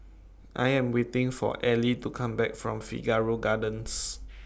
I Am waiting For Ellie to Come Back from Figaro Gardens